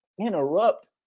interrupt